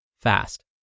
fast